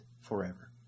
forever